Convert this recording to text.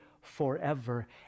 forever